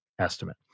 estimate